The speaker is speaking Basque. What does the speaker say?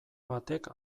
batek